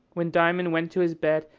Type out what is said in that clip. when diamond went to his bed,